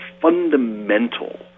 fundamental